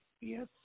Yes